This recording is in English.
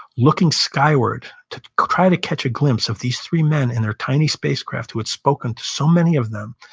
looking skyward to try to catch a glimpse of these three men in their tiny spacecraft who had spoken to so many of them,